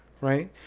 right